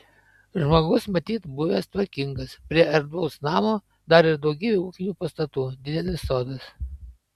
žmogus matyt buvęs tvarkingas prie erdvaus namo dar ir daugybė ūkinių pastatų didelis sodas